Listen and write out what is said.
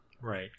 Right